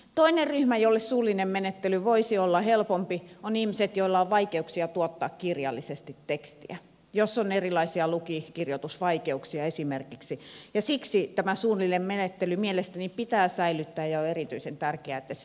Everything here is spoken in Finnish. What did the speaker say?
toinen ryhmä jolle suullinen menettely voisi olla helpompi on ihmiset joilla on vaikeuksia tuottaa kirjallisesti tekstiä jos on erilaisia lu ki kirjoitusvaikeuksia esimerkiksi ja siksi tämä suullinen menettely mielestäni pitää säilyttää ja on erityisen tärkeää että se säilytetään